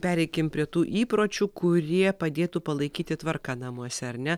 pereikim prie tų įpročių kurie padėtų palaikyti tvarką namuose ar ne